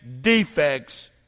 defects